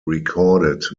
recorded